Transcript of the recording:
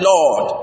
Lord